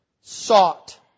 sought